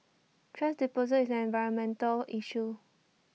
thrash disposal is an environmental issue